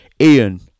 Ian